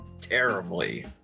terribly